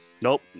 Nope